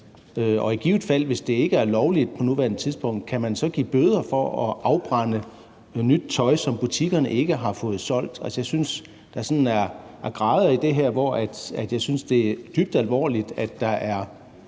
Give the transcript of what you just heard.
så i givet fald, hvis det ikke er lovligt på nuværende tidspunkt, give bøder for at afbrænde nyt tøj, som butikkerne ikke har fået solgt? Altså, jeg synes, der sådan er grader i det her, hvor jeg synes, det er dybt alvorligt, at der er